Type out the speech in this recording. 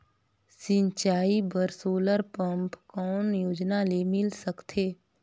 सिंचाई बर solar pump कौन योजना ले मिल सकथे?